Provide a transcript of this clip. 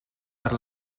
per